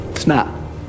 snap